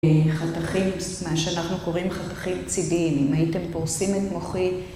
חתכים, מה שאנחנו קוראים חתכים צידיים, אם הייתם פורסים את מוחי